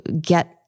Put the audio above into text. get